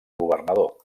governador